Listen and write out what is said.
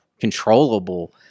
controllable